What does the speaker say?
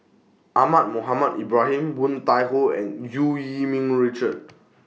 Ahmad Mohamed Ibrahim Woon Tai Ho and EU Yee Ming Richard